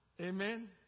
Amen